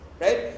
right